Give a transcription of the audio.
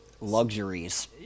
Luxuries